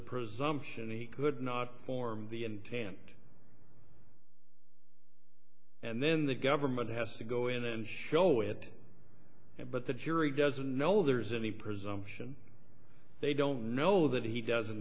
presumption he could not form the intent and then the government has to go in and show it but the jury doesn't know there's any presumption they don't know that he doesn't